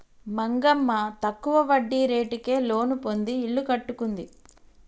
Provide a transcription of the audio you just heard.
మంగమ్మ తక్కువ వడ్డీ రేటుకే లోను పొంది ఇల్లు కట్టుకుంది